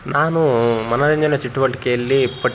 ನಾನು ಮನರಂಜನಾ ಚಟುವಟಿಕೆಯಲ್ಲಿ ಪಟ್